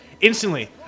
instantly